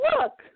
look